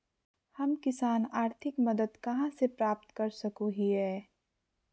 हम किसान आर्थिक मदत कहा से प्राप्त कर सको हियय?